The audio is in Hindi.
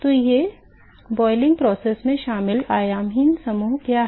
तो ये सभी क्वथन प्रक्रिया में शामिल आयामहीन समूह क्या हैं